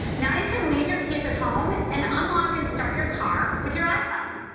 now you can leave your keys at home and unlock and start your car with your iphone.